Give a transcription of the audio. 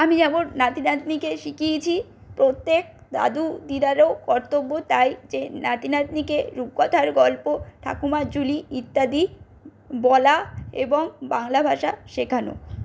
আমি যেমন নাতি নাতনিকে শিখিয়েছি প্রত্যেক দাদু দিদারও কর্তব্য তাই যে নাতি নাতনিকে রূপকথার গল্প ঠাকুমার ঝুলি ইত্যাদি বলা এবং বাংলা ভাষা শেখানো